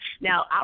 Now